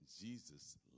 Jesus